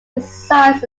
resides